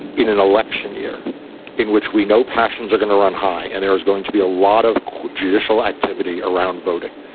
in an election year in which we know passions are gonna run high and there is going to be a lot of judicial activity activity around voting,